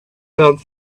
learned